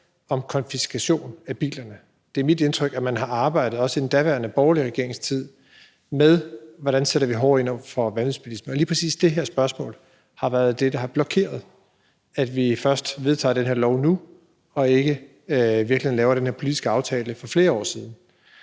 om konfiskation af bilen. Det er mit indtryk, at man har arbejdet – også i den daværende borgerlige regerings tid – med, hvordan vi sætter hårdere ind over for vanvidsbilisme. Lige præcis det her spørgsmål har været det, der har blokeret, så vi først kan vedtage det her lovforslag nu og ikke har lavet den her politiske aftale for flere år siden.